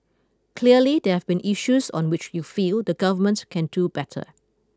clearly there have been issues on which you feel the Government can do better